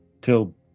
till